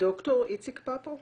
ד"ר איציק פפו.